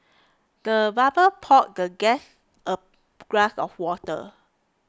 the butler poured the guest a glass of water